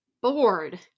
bored